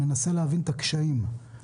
למרות שהיו לנו קשיים שלא תלויים בנו,